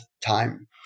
time